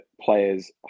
players